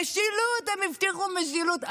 משילות, הם הבטיחו משילות.